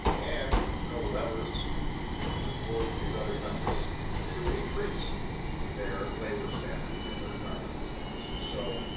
and no levers to force these other countries to increase their labor standards and their environmental standards. so,